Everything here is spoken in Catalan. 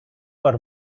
per